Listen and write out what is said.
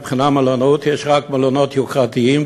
מבחינת מלונאות יש רק מלונות יוקרתיים,